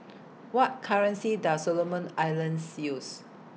What currency Does Solomon Islands use